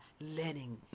learning